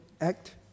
act